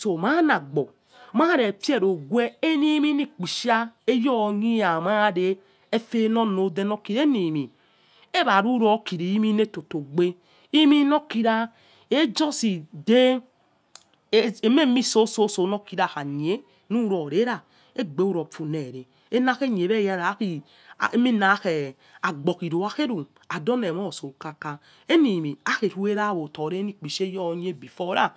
soanagbo marefierogue eniminikpioha eyor amare efenonode nokira enimi eraru rokirimineto to gbe iminekira ejusi de ememi soso nokira hakhenie nurorera egbe funue re enakheni oniemotso khaka enie mie akhe ruerawotode nikpisha eyoniebefore ra